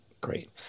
Great